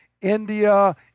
India